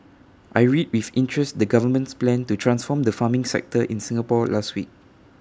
I read with interest the government's plan to transform the farming sector in Singapore last week